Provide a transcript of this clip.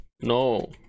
No